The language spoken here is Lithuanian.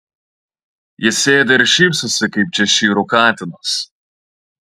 jis sėdi ir šypsosi kaip češyro katinas